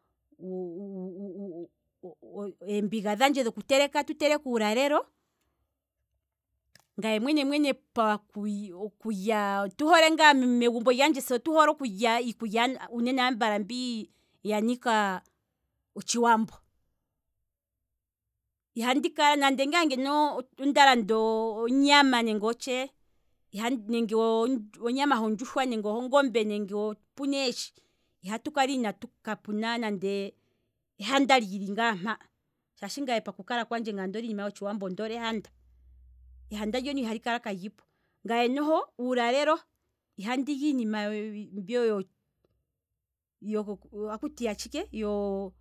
eembiga dhandje dhoku teleka tu teleke uulalelo, pakulya. ngaye megumbo lyandje otuhole ngaa uunene nene okulya iikulya mbi yafa yanika otshiwambo, ihandi kala nande ngaa ngeno, onda landa onyama nenge otshee. nenge atu teleke eeshi, ihapu kala kapuna nande ehanda, shaashi ngaye ondoole iikulya yotshiwambo, paku kala kwandje onddole iinima yotshiwambo, ondoole ehanda, ehanda ndono ihali kala kalipo, ngaye noho uulalelo ihandi li iinima mbyono yoko, akuti yatshike, yooo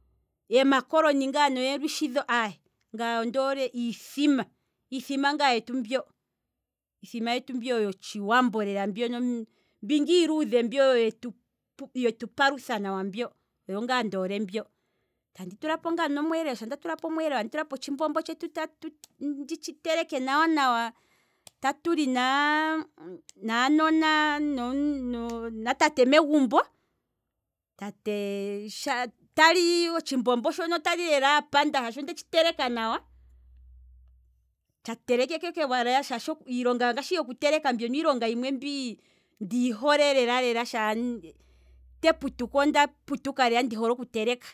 emakoloni ngaa dho neelushi ngaa dho, ngaye ondoole iithima, iithima ngaa yetu mbyo, iithima ngaa yetu mbyo yotshiwambo, mbi ngaa iiludhe mbyo yetu palutha nawa, oyo ngaa ndoole mbyo, tatu li naa- naa nona noo natate megumbi, tate tali otshithima shoka shaashi ondetshi teleka nawa, iilonga mbyono yoku teleka iilonga ndiyi hole lela shaashi onda putuka ndoole oku teleka